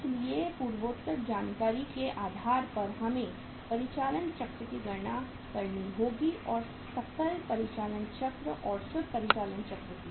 इसलिए पूर्वोक्त जानकारी के आधार पर हमें परिचालन चक्र की गणना करनी होगी और सकल परिचालन चक्र और शुद्ध परिचालन चक्र की